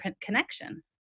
connection